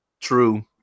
true